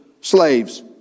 slaves